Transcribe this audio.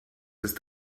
ist